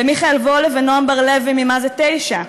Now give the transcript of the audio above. למיכאל וולה ונעם בר-לוי ממאז"ה 9,